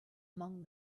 among